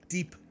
Deep